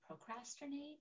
procrastinate